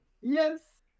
yes